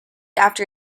after